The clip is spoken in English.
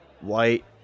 white